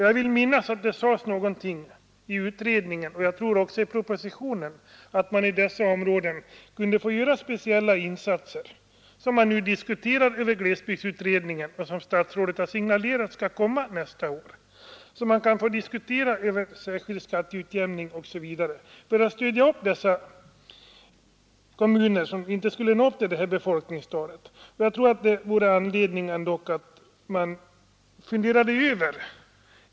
Jag vill minnas att det sades i utredningen och också i propositionen, att man i dessa områden kunde göra speciella insatser, som man nu diskuterar i glesbygdsutredningen och som statsrådet har signalerat skall komma nästa år. Man kan då diskutera särskilt skatteutjämning osv. för att stödja de kommuner som inte når upp till detta befolkningstal.